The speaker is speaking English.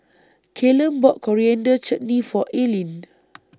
Callum bought Coriander Chutney For Ailene